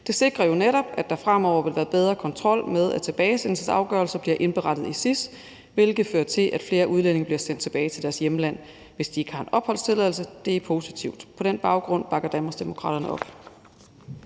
Det sikrer jo netop, at der fremover vil være bedre kontrol med, at tilbagesendelsesafgørelser bliver indberettet til SIS, hvilket fører til, at flere udlændinge bliver sendt tilbage til deres hjemland, hvis de ikke har en opholdstilladelse. Det er positivt. På den baggrund bakker Danmarksdemokraterne op